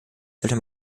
sollte